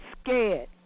scared